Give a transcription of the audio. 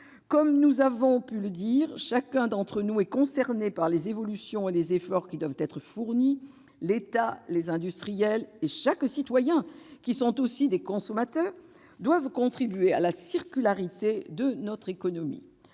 Comme nous avons pu le dire, chacun d'entre nous est concerné par les évolutions et les efforts à mettre en oeuvre. L'État, les industriels et les citoyens, qui sont aussi des consommateurs, doivent contribuer à la circularité de notre économie.